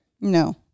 No